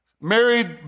Married